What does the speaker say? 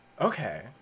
okay